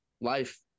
life